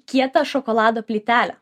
kietą šokolado plytelę